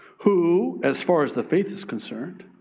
who, as far as the faith is concerned,